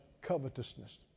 covetousness